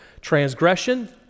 transgression